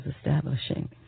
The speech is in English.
establishing